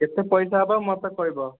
କେତେ ପଇସା ହେବ ମୋତେ କହିବ